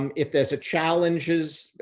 um if there's a challenges,